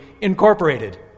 incorporated